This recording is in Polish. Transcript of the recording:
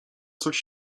coś